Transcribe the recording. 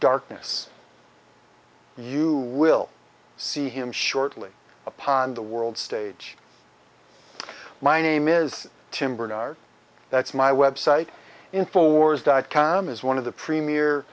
darkness you will see him shortly upon the world stage my name is tim bernard that's my website in force dot com is one of the premier